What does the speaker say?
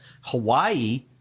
Hawaii